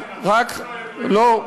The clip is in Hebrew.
חבר הכנסת, לא.